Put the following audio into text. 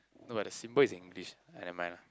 no but the symbol is in English ah never mind lah